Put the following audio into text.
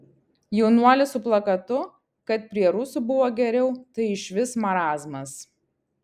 jaunuolis su plakatu kad prie rusų buvo geriau tai išvis marazmas